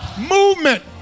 movement